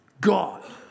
God